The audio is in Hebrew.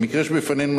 במקרה שבפנינו,